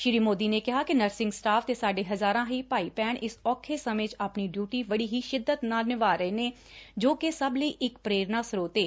ਸ੍ਰੀ ਸੋਦੀ ਨੇ ਕਿਹਾ ਕਿ ਨਰਸਿੰਗ ਸਟਾਫ ਦੇ ਸਾਡੇ ਹਜਾਰਾਂ ਹੀ ਭਾਈ ਭੈਣ ਇਸ ਔਖੇ ਸਮੇਂ 'ਚ ਆਪਣੀ ਡਿਉਟੀ ਬੜੀ ਹੀ ਸਿੱਦਤ ਨਾਲ ਨਿਭਾ ਰਹੇ ਨੇ ਜੋ ਕਿ ਸਭ ਲਈ ਇੱਕ ਪ੍ਰੇਰਨਾ ਸ੍ਰੋਤ ਹੈ